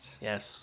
Yes